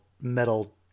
metal